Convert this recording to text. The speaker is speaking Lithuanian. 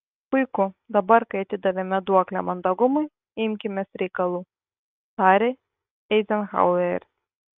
puiku dabar kai atidavėme duoklę mandagumui imkimės reikalų tarė eizenhaueris